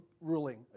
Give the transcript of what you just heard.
ruling